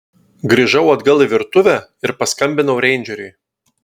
grįžau atgal į virtuvę ir paskambinau reindžeriui